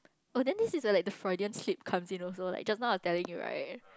oh then this is the like the kids concern also like just now I telling you right